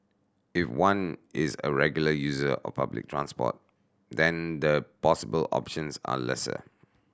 if one is a regular user of public transport then the possible options are lesser